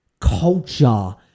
culture